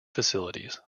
facilities